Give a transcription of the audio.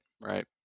right